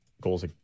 goals